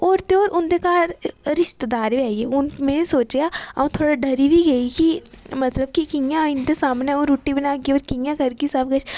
होर ते होर उं'दे घर रिश्तेदार बी आइयै ते में सोचेआ अं'ऊ थोह्ड़ा डरी बी गेई की मतलब की कि'यां इं'दे सामनै रूट्टी बनागी ते होर कि'यां करगे सबकिश